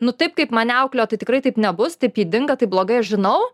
nu taip kaip mane auklėjo tai tikrai taip nebus taip ydinga taip blogai aš žinau